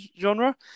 genre